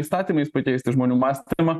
įstatymais pakeisti žmonių mąstymą